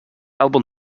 album